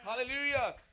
Hallelujah